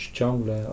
ciągle